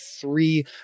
three